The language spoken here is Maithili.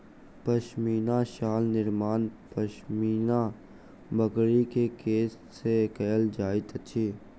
पश्मीना शाल निर्माण पश्मीना बकरी के केश से कयल जाइत अछि